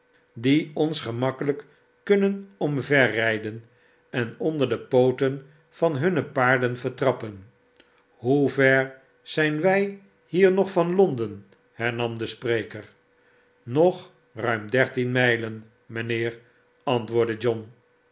die ons gemakkelijk kunnen omverrijden en onder de pooten van hunne paarden vertrappen ahoever zijn wij hier nog van londen hernam de spreker snog ruim dertien mijlen mijnheer antwoordde john